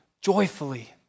joyfully